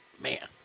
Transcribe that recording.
Man